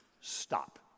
stop